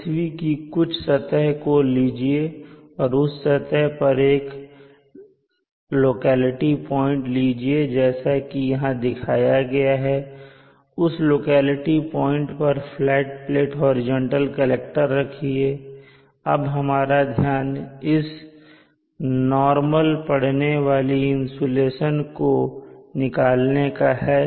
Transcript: पृथ्वी की कुछ सत्तह को लीजिए और उस सत्तह पर एक लोकेलिटी पॉइंट लीजिए जैसा कि यहां दिखाया गया है और उस लोकेलिटी पॉइंट पर फ्लैट प्लेट हॉरिजॉन्टल कलेक्टर रखिए और अब हमारा ध्यान इस पर नॉर्मल पडने वाली इंसुलेशन को निकालने का है